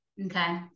Okay